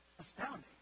astounding